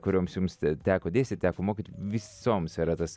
kurioms jums teko dėstyt teko mokyt visoms yra tas